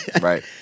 Right